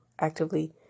actively